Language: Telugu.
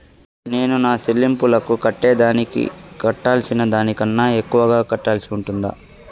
నేను నా సెల్లింపులకు కట్టేదానికి కట్టాల్సిన దానికన్నా ఎక్కువగా కట్టాల్సి ఉంటుందా?